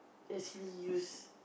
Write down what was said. actually use